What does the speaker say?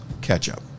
ketchup